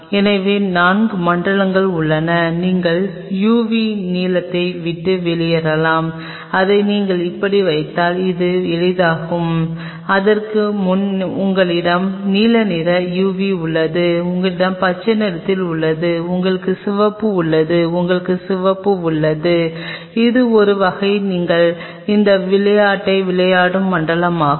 எனவே நான்கு மண்டலங்கள் உள்ளன நீங்கள் u v நீலத்தை விட்டு வெளியேறலாம் இதை நீங்கள் இப்படி வைத்தால் அது எளிதாக்கும் அதற்கு முன் உங்களிடம் நீல நிற u v உள்ளது உங்களிடம் பச்சை நிறத்தில் உள்ளது உங்களுக்கு சிவப்பு உள்ளது உங்களுக்கு சிவப்பு உள்ளது இது ஒரு வகை நீங்கள் இந்த விளையாட்டை விளையாடும் மண்டலம் ஆகும்